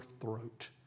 throat